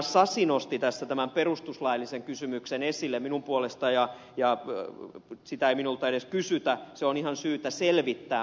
sasi nosti tässä tämän perustuslaillisen kysymyksen esille minun puolestani ja sitä ei minulta edes kysytä se on ihan syytä selvittää